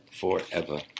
forever